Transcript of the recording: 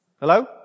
Hello